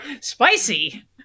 spicy